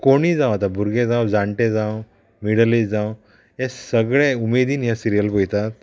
कोणीय जावं आतां भुरगे जावं जाणटे जावं मिडल एज जावं हे सगळे उमेदीन हे सिरियल पयतात